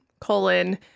colon